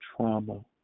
trauma